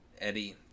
Eddie